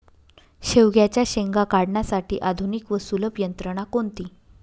शेवग्याच्या शेंगा काढण्यासाठी आधुनिक व सुलभ यंत्रणा कोणती?